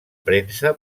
premsa